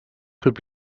could